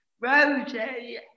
Rosie